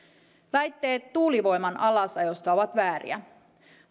väitteet tuulivoiman alasajosta ovat vääriä